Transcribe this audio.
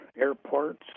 airports